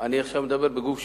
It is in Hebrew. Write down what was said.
עכשיו אני מדבר בגוף שלישי: